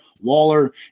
Waller